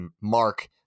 mark